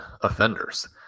offenders